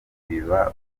biba